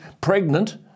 pregnant